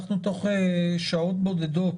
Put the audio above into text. אנחנו תוך שעות בודדות